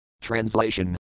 Translation